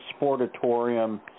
Sportatorium